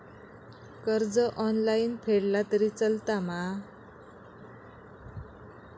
कर्ज ऑनलाइन फेडला तरी चलता मा?